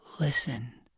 Listen